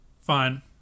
fine